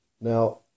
Now